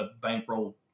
bankroll